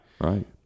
Right